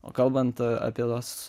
o kalbant apie tuos